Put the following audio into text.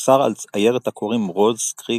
צר על עיירת הכורים רוז קריק